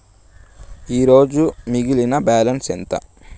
ఈరోజు మిగిలిన బ్యాలెన్స్ ఎంత?